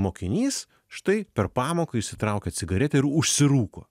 mokinys štai per pamoką išsitraukia cigaretę ir užsirūko